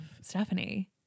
Stephanie